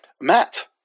Matt